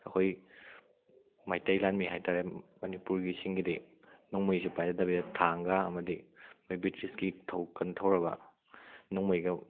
ꯑꯩꯈꯣꯏ ꯃꯩꯇꯩ ꯂꯥꯟꯃꯤ ꯍꯥꯏ ꯇꯥꯔꯦ ꯃꯅꯤꯄꯨꯔꯤꯁꯤꯡꯒꯤꯗꯤ ꯅꯣꯡꯃꯩꯁꯨ ꯄꯥꯏꯖꯗꯕꯤꯗ ꯊꯥꯡꯒ ꯑꯃꯗꯤ ꯃꯣꯏ ꯕ꯭ꯔꯤꯇꯤꯁꯀꯤ ꯀꯟ ꯊꯧꯔꯕ ꯅꯣꯡꯃꯩꯒ